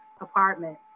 apartment